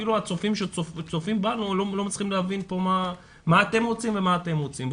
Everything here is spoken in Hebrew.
אפילו הצופים שצופים בנו לא מצליחים להבין מה אתם רוצים ומה אתם רוצים.